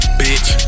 bitch